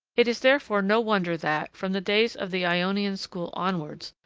it is therefore no wonder that, from the days of the ionian school onwards,